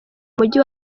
mujyi